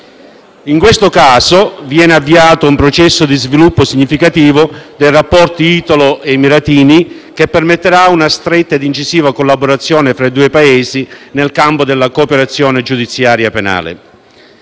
In questo caso, viene avviato un processo di sviluppo significativo dei rapporti italo-emiratini, che permetterà una stretta e incisiva collaborazione tra i due Paesi nel campo della cooperazione giudiziaria penale.